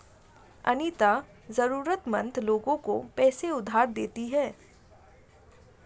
अनीता जरूरतमंद लोगों को पैसे उधार पर देती है